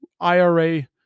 ira